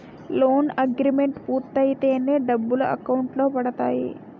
loan agreement పూర్తయితేనే డబ్బులు account లో పడతాయి